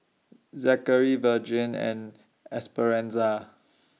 Zackery Vergie and Esperanza